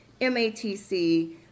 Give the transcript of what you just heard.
MATC